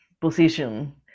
position